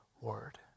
word